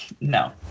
no